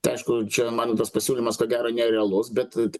tai aišku čia man tas pasiūlymas ko gero nerealus bet